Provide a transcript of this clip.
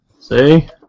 See